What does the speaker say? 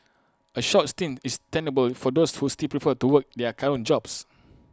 A short stint is tenable for those who still prefer to work in their current jobs